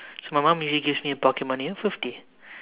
so my mom usually gives me a pocket money of fifty